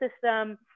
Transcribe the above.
system